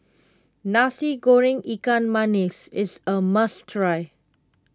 Nasi Goreng Ikan Masin is a must try